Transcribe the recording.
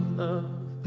love